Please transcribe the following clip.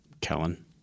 Kellen